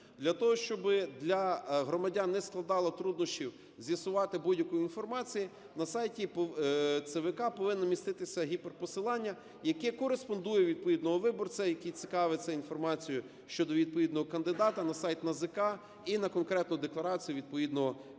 для того, щоб для громадян не складало труднощів з'ясувати будь-яку інформацію, на сайті ЦВК повинно міститися гіперпосилання, яке кореспондує відповідного виборця, який цікавиться інформацією щодо відповідного кандидата, на сайт НАЗК і на конкретну декларацію відповідного